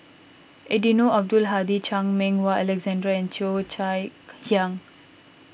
Eddino Abdul Hadi Chan Meng Wah Alexander and Cheo Chai Hiang